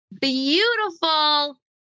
beautiful